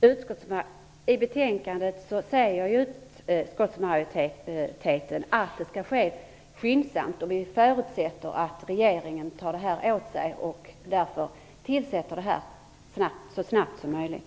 Fru talman! Det framgår i betänkandet att utskottsmajoriteten anser att arbetet skall ske skyndsamt. Vi förutsätter att regeringen tillsätter utredningen så snabbt som möjligt.